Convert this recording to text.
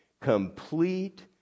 complete